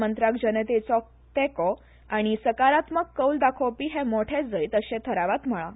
मंत्राक जनतेचो तेको आनी सकारात्मक कौल दाखोवपी हे मोठे जैत अशे थरावात म्हळा